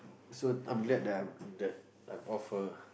so I'm glad that I that I'm off her